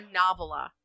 novella